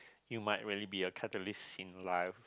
you might really be a catalyst in life